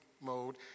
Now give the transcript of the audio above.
mode